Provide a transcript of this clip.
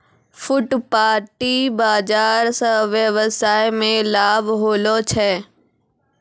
फुटपाटी बाजार स वेवसाय मे लाभ होलो छै